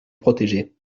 protégeaient